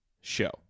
show